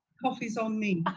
coffee's on me?